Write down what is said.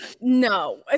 No